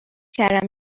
کردم